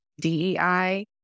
DEI